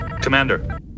Commander